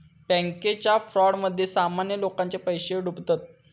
बॅन्केच्या फ्रॉडमध्ये सामान्य लोकांचे पैशे डुबतत